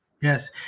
Yes